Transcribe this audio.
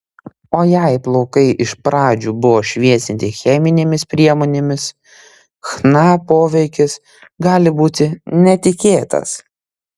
o jei plaukai iš pradžių buvo šviesinti cheminėmis priemonėmis chna poveikis gali būti netikėtas